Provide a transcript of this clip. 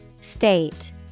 State